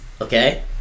okay